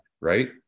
right